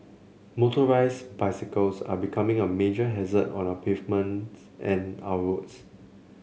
motorised bicycles are becoming a major hazard on our pavements and our roads